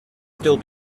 still